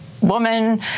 woman